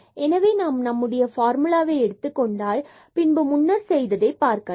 எனவே நாம் நம்முடைய ஃபார்முலாவை எடுத்துக்கொண்டால் பின்பு முன்னர் செய்ததை பார்க்கலாம்